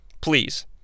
Please